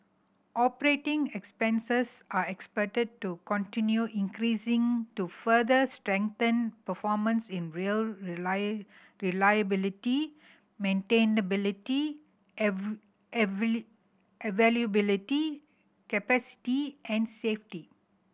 operating expenses are expected to continue increasing to further strengthen performance in rail reliability maintainability availability capacity and safety